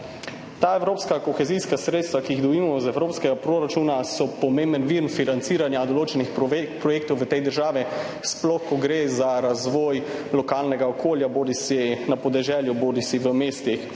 Ta evropska kohezijska sredstva, ki jih dobimo iz evropskega proračuna, so pomemben vir financiranja določenih projektov v tej državi, sploh ko gre za razvoj lokalnega okolja, bodisi na podeželju bodisi v mestih.